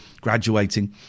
graduating